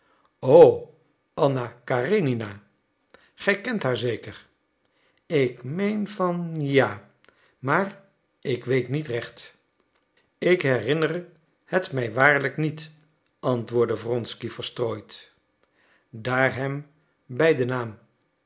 anna karenina gij kent haar zeker ik meen van ja maar ik weet niet recht ik herinner het mij waarlijk niet antwoordde wronsky verstrooid daar hem bij den naam